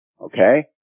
Okay